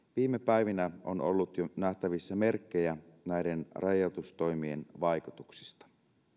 viime päivinä on ollut jo nähtävissä merkkejä näiden rajoitustoimien vaikutuksista